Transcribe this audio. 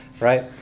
right